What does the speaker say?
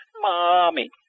Mommy